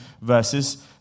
verses